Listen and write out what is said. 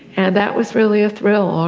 and that was really a thrill.